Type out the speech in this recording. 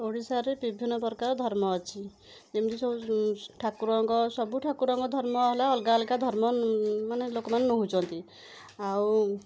ଓଡ଼ିଶାରେ ବିଭିନ୍ନ ପ୍ରକାର ଧର୍ମ ଅଛି ଯେମିତି ସବୁ ଠାକୁରଙ୍କ ସବୁ ଠାକୁରଙ୍କ ଧର୍ମର ଅଲଗା ଅଲଗା ଧର୍ମ ମାନେ ଲୋକମାନେ ନଉଛନ୍ତି ଆଉ